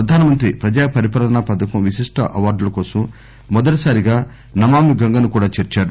ప్రధానమంత్రి ప్రజాపరిపాలనా పథకం విశిష్ణ అవార్డుల కోసం మొదటి సారిగా నమామి గంగను కూడా చేర్చారు